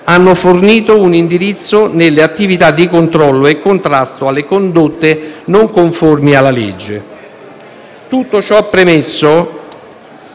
hanno fornito un indirizzo nelle attività di controllo e contrasto alle condotte non conformi alla legge. Tutto ciò premesso,